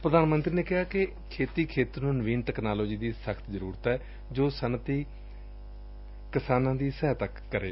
ਪ੍ਰਧਾਨ ਮੰਤਰੀ ਨੇ ਕਿਹਾ ਕਿ ਖੇਤੀ ਖੇਤਰ ਨੂੰ ਨਵੀਨ ਤਕਨਾਲੋਜੀ ਦੀ ਸਖ਼ਤ ਜ਼ਰੁਰਤ ਏ ਜੋ ਸੱਨਅਤੀ ਕਿਸਾਨਾਂ ਦੀ ਸਹਾਇਤਾ ਕਰੇ